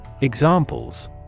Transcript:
Examples